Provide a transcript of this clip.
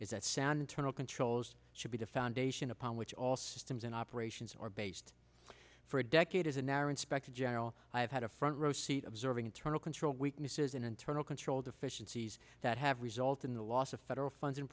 is that sound internal controls should be the foundation upon which all systems and operations are based for a decade as an air inspector general i have had a front row seat observing internal control weaknesses in internal control deficiencies that have resulted in the loss of federal funds